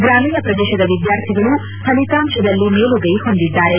ಗ್ರಾಮೀಣ ಪ್ರದೇಶದ ವಿದ್ವಾರ್ಥಿಗಳೂ ಫಲಿತಾಂಶದಲ್ಲಿ ಮೇಲುಗೈ ಹೊಂದಿದ್ದಾರೆ